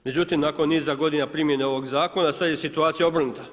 Međutim, nakon niza godina primjene ovog Zakona sad je situacija obrnuta.